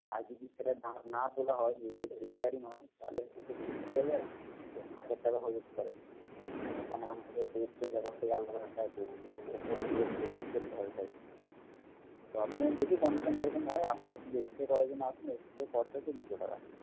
আর যদি সেটা দাঁত না তোলা হয় যদি এটা রিপেয়ারিং হয় তাহলে একটু বেশি পড়ে যায় ধরুন হাজার টাকা হয়ে যেতে পারে কারণ ওখানে আমাদের ব্যাপার থাকে আলাদা ওগুলো ওপর দিয়ে প্রলেপ করতে হয় ওটায় তো আপনি দেখি কন্ডিশান কিরকম হয় আপনি এক্স রে করার জন্য আসুন এক্সরের খরচাই তো দুশো টাকা